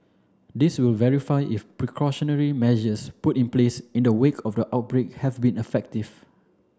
this will verify if precautionary measures put in place in the wake of the outbreak have been effective